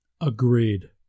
Agreed